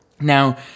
Now